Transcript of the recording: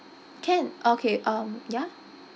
can okay um ya